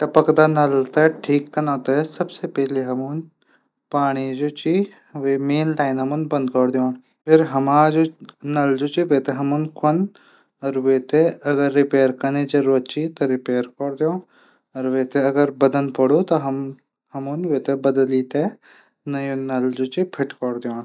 टपकदा नल थै ठीक कना सबसे पैली हम मेन पाणी बंद कैरी दीण फिर हमन जू मेन नल च ऊ खुन च। अगर वेथे रिपेयर कनै जरूरत च वे थै भैर खुन। अगर बदल पुण त हमन वेथे बदली नयु नल फिट कैरी दीण ।